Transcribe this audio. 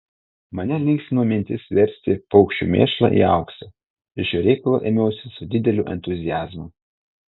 mane linksmino mintis versti paukščių mėšlą į auksą ir šio reikalo ėmiausi su dideliu entuziazmu